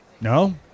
No